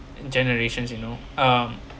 generations you know um